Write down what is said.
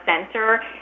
center